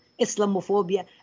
Islamophobia